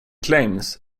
claims